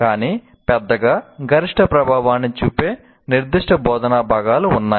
కానీ పెద్దగా గరిష్ట ప్రభావాన్ని చూపే నిర్దిష్ట బోధనా భాగాలు ఉన్నాయి